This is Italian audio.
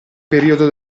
periodo